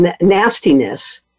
nastiness